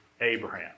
Abraham